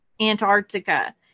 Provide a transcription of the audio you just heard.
Antarctica